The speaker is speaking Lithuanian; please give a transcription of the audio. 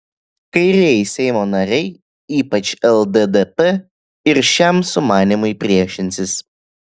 kairieji seimo nariai ypač lddp ir šiam sumanymui priešinsis